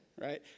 Right